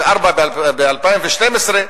ו-4% ב-2012,